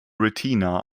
retina